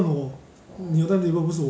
as in the most useful part 就是那边